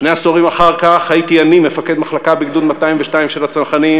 שני עשורים אחר כך הייתי אני מפקד מחלקה בגדוד 202 של הצנחנים,